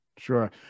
Sure